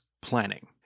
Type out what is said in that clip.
planning